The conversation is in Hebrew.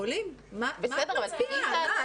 מה את מצביעה?